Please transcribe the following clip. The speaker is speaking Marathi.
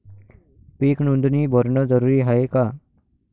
पीक नोंदनी भरनं जरूरी हाये का?